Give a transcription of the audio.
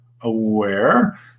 aware